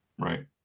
Right